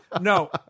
No